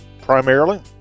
primarily